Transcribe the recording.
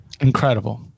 Incredible